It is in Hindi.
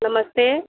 नमस्ते